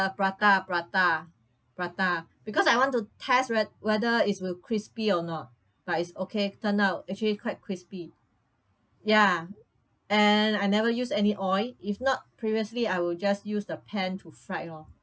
prata prata prata because I want to test whe~ whether is will crispy or not but it's okay turn out actually quite crispy ya and I never use any oil if not previously I will just use the pan to fry lor